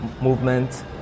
movement